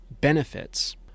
benefits